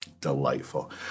Delightful